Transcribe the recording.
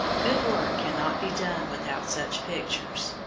good work cannot be done without such pictures.